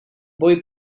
boy